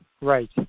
right